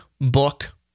book